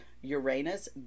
Uranus